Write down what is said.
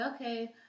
okay